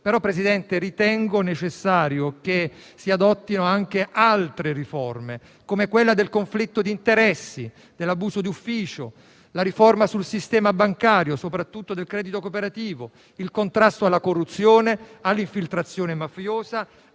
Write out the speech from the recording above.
Presidente, ritengo necessario che si adottino anche altre riforme, come quella del conflitto di interessi, dell'abuso d'ufficio, la riforma sul sistema bancario (soprattutto del credito cooperativo), il contrasto alla corruzione, all'infiltrazione mafiosa,